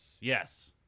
yes